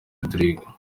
rodrigue